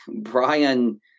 Brian